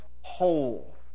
whole